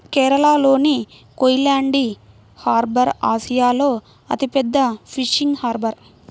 కేరళలోని కోయిలాండి హార్బర్ ఆసియాలో అతిపెద్ద ఫిషింగ్ హార్బర్